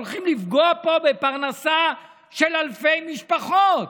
הולכים פה לפגוע בפרנסה של אלפי משפחות.